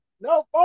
No